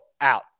out